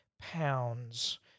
pounds